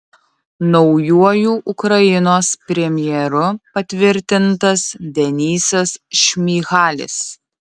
naujuoju ukrainos premjeru patvirtintas denysas šmyhalis